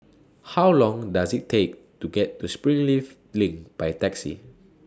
How Long Does IT Take to get to Springleaf LINK By Taxi